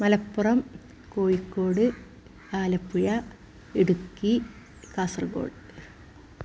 Malappuram Kozhikode Alappuzha Idukki Kasaragod